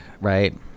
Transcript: right